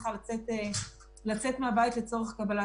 כרגע לחלק מהעסקים יש סכום גדול.